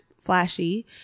flashy